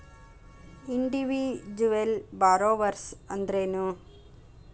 Individual borrowers ಅಂದ್ರೇನು?